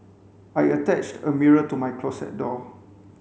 I attached a mirror to my closet door